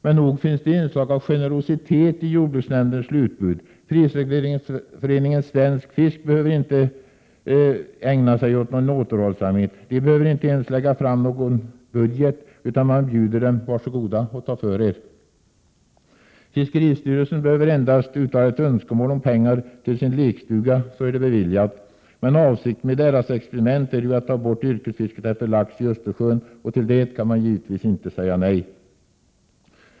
Men nog finns det inslag av generositet i jordbruksnämndens slutbud. Företrädarna för prisregleringsföreningen Svensk fisk behöver inte ägna sig åt någon återhållsamhet. De behöver inte ens lägga fram någon budget, utan man bjuder dem: Var så goda och ta för er! Fiskeristyrelsen behöver endast uttala ett önskemål om pengar till sin lekstuga så är det beviljat. Men avsikten med deras experiment är ju att ta bort yrkesfisket efter lax i Östersjön, och till det kan man givetvis inte säga nej.